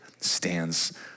stands